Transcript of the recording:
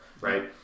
Right